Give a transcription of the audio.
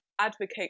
advocate